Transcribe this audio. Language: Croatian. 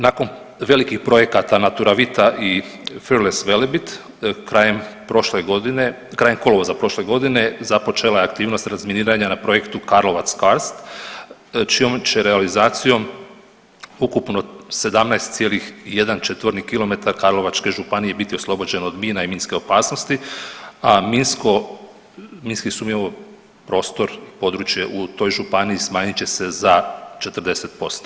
Nakon velikih projekata Naturavita i Fearless Velebit krajem prošle godine, krajem kolovoza prošle godine započela je aktivnost razminiranja na projektu Karlovac Karst čijom će realizacijom ukupno 17,1 četvorni kilometar Karlovačke županije biti oslobođeno od mina i minske opasnosti, a minski sumnjivi prostor područje u toj županiji smanjit će se za 40%